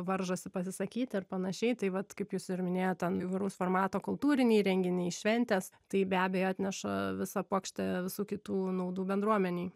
varžosi pasisakyti ir panašiai tai vat kaip jūs ir minėjot ten įvairaus formato kultūriniai renginiai šventės tai be abejo atneša visą puokštę visų kitų naudų bendruomenei